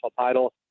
title